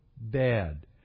bad